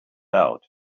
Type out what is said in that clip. out